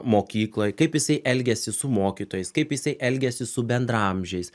mokykloj kaip jisai elgiasi su mokytojais kaip jisai elgiasi su bendraamžiais